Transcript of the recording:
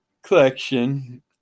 Collection